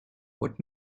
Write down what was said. what